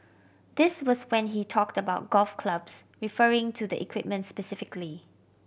this was when he talked about golf clubs referring to the equipment specifically